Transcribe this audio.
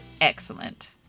Excellent